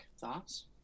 Thoughts